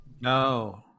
No